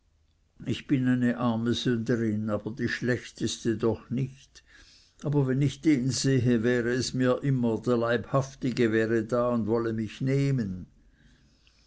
ich bin eine arme sünderin aber die schlechteste doch nicht aber wenn ich den sehe wäre es mir immer der leibhaftige wäre da und wolle mich nehmen